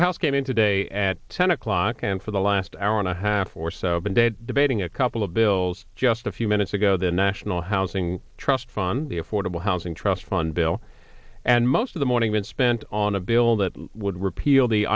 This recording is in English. house came in today at ten o'clock and for the last hour and a half or so been dead debating a couple of bills just a few minutes ago the national housing trust fund the affordable housing trust fund bill and most of the morning been spent on a bill that would repeal the